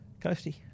Coasty